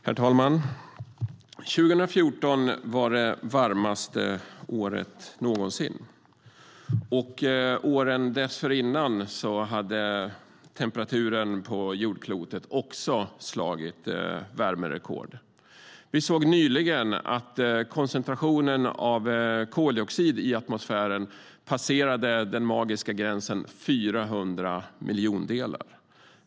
Herr talman! År 2014 var det varmaste året någonsin. Åren dessförinnan hade temperaturen på jordklotet också slagit värmerekord. Vi såg nyligen att koncentrationen av koldioxid i atmosfären passerade den magiska gränsen 400 miljondelar.